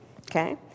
Okay